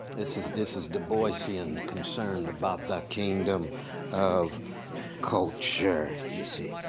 this is this is du boisian concern about the kingdom of culture, you see.